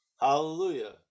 Hallelujah